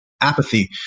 apathy